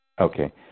Okay